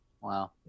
wow